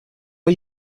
are